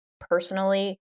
personally